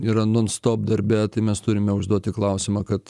yra non stop darbe tai mes turime užduoti klausimą kad